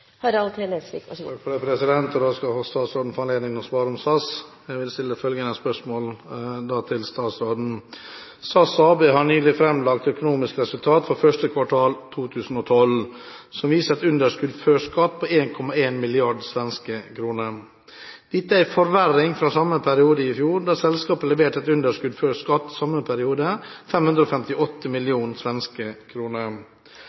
Da skal statsråden få anledning til å svare på følgende spørsmål om SAS: «SAS AB har nylig fremlagt økonomisk resultat for 1. kvartal 2012 som viser et underskudd før skatt på SEK 1,1 mrd.. Dette er en forverring fra samme periode i fjor, da selskapet leverte et underskudd før skatt på SEK 558 mill. kroner.